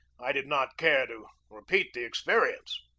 i did not care to repeat the experi ence.